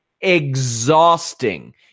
exhausting